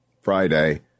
Friday